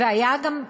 והיה גם,